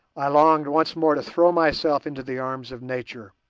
i longed once more to throw myself into the arms of nature.